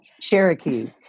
Cherokee